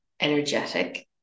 energetic